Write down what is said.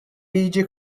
liġi